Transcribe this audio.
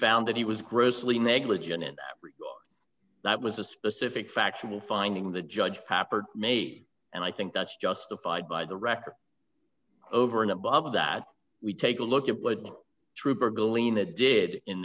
found that he was grossly negligent and that was a specific factual finding the judge papper made and i think that's justified by the record over and above that we take a look at what trooper galena did in